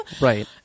Right